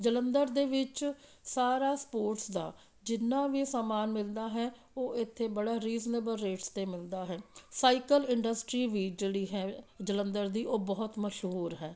ਜਲੰਧਰ ਦੇ ਵਿੱਚ ਸਾਰਾ ਸਪੋਰਟਸ ਦਾ ਜਿੰਨਾਂ ਵੀ ਸਮਾਨ ਮਿਲਦਾ ਹੈ ਉਹ ਇੱਥੇ ਬੜਾ ਰਿਸਨੇਬਲ ਰੇਟਸ 'ਤੇ ਮਿਲਦਾ ਹੈ ਸਾਈਕਲ ਇੰਡਸਟਰੀ ਵੀ ਜਿਹੜੀ ਹੈ ਜਲੰਧਰ ਦੀ ਉਹ ਬਹੁਤ ਮਸ਼ਹੂਰ ਹੈ